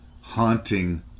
haunting